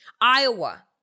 Iowa